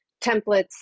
templates